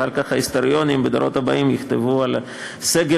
ואחר כך ההיסטוריונים בדורות הבאים יכתבו על סגר